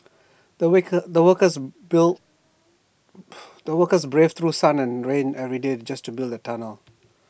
the the workers the workerbraved through sun and rain every day just to build the tunnel